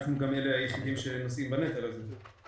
אנחנו גם היחידים שנושאים בנטל הזה.